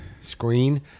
screen